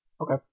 Okay